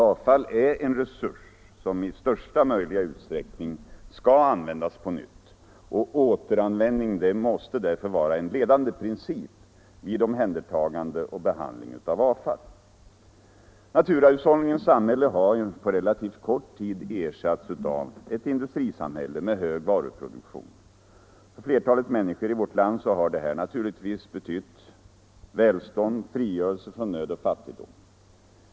Avfall är en resurs som i största möjliga utsträckning skall användas på nytt. Återanvändning måste därför vara en ledande princip vid omhändertagande och behandling av avfall. Naturahushållningens samhälle har på relativt kort tid ersatts av ett industrisamhälle med hög varuproduktion. För flertalet människor i vårt land har detta betytt välstånd, frigörelse från nöd och fattigdom.